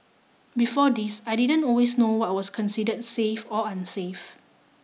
before this I didn't always know what was considered safe or unsafe